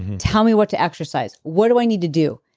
tell me what to exercise. what do i need to do?